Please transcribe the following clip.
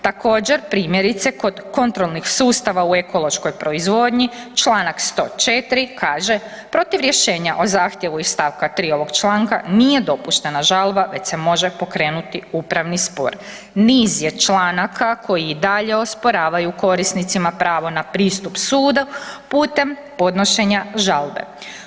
Također primjerice kod kontrolnih sustava u ekološkoj proizvodnji članak 104. kaže: „Protiv rješenja o zahtjevu iz stavka 3. ovog članka nije dopuštena žalba već se može pokrenuti upravni spor.“ Niz je članaka koji i dalje osporavaju korisnicima pravo na pristup sudu putem podnošenja žalbe.